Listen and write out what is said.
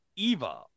Eva